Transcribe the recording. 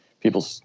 people